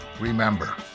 remember